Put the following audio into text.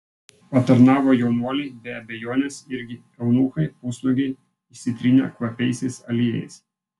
patarnavo jaunuoliai be abejonės irgi eunuchai pusnuogiai išsitrynę kvapiaisiais aliejais